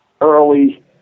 early